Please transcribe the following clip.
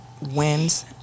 wins